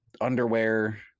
underwear